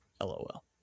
LOL